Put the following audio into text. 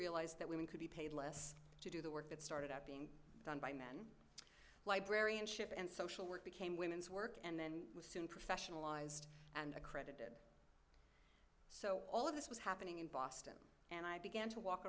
realised that women could be paid less for the work that started out being done by men librarianship and social work became women's work and then soon professionalized and accredited so all of this was happening in boston and i began to walk